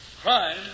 Crime